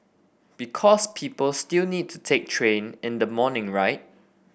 because people still need to take train in the morning right